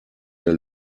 der